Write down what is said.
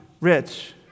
rich